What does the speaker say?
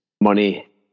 money